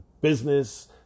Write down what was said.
business